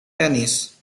tenis